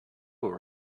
were